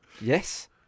Yes